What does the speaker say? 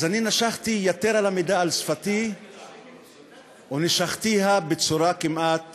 אז אני נשכתי יתר על המידה על שפתי ונשכתיה בצורה כמעט